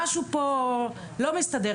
משהו פה לא מסתדר.